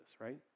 right